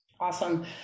awesome